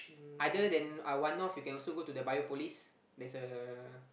other than uh One-North you can also go to Biopolis there's a